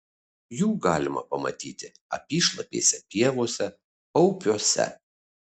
jų galima pamatyti apyšlapėse pievose paupiuose